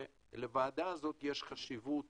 ולוועדה הזאת יש חשיבות